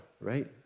right